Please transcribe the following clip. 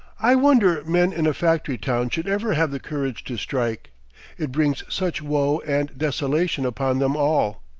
i wonder men in a factory town should ever have the courage to strike it brings such woe and desolation upon them all.